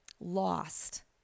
lost